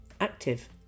active